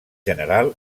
general